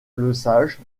lesage